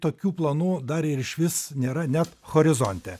tokių planų dar ir išvis nėra net horizonte